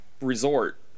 resort